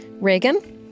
Reagan